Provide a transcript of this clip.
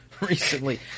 recently